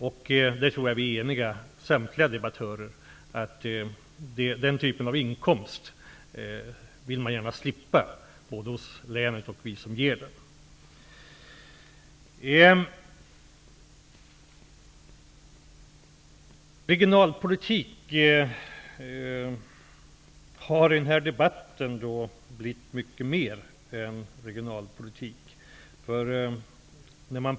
Samtliga debattörer är nog eniga om att man vill gärna slippa den typen av inkomst, när det gäller både länet och vi som betalar ut den. Regionalpolitik har i denna debatt utvidgats till att bli mycket mer än regionalpolitik.